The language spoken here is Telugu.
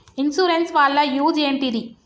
ఇన్సూరెన్స్ వాళ్ల యూజ్ ఏంటిది?